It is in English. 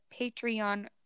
Patreon